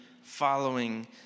following